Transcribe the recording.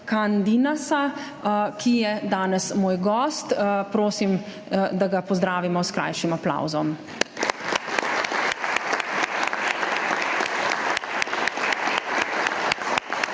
Candinasa, ki je danes moj gost. Prosim, da ga pozdravimo s krajšim aplavzom.